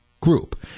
Group